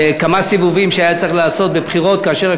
התשע"ג 2013,